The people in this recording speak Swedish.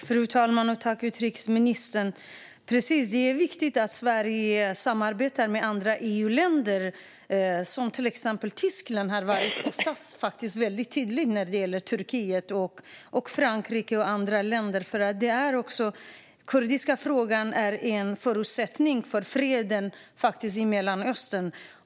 Fru talman! Jag tackar utrikesministern. Ja, det är viktigt att Sverige samarbetar med andra EU-länder, som Tyskland, som har varit tydligt vad gäller Turkiet, och Frankrike med flera. En lösning på den kurdiska frågan är en förutsättning för fred i Mellanöstern.